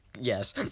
Yes